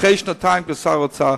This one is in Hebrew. אחרי שנתיים שאתה שר האוצר,